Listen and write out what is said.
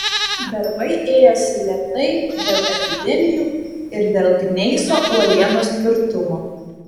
darbai ėjosi lėtai dėl epidemijų ir dėl gneiso uolienos tvirtumo